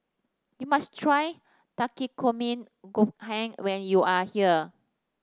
you must try Takikomi Gohan when you are here